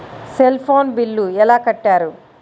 Cell phone bill ఎలా కట్టారు?